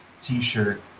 T-shirt